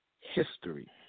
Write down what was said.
history